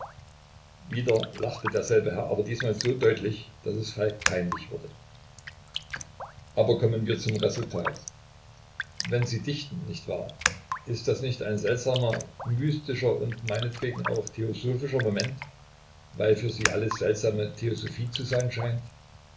wieder lachte derselbe herr aber diesmal so deutlich daß es falk peinlich wurde aber kommen wir zum resultat wenn sie dichten nicht wahr ist das nicht ein seltsamer mystischer und meinetwegen auch theosophischer moment weil für sie alles seltsame theosophie zu sein scheint